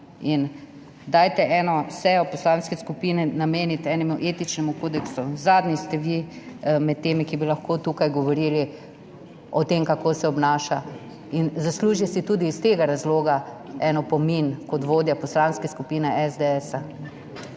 In dajte eno sejo poslanske skupine nameniti etičnemu kodeksu, zadnji ste vi med temi, ki bi lahko tukaj govorili o tem, kako se obnaša. In zaslužite si tudi iz tega razloga en opomin kot vodja Poslanske skupine SDS.